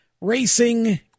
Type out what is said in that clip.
racing